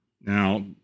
Now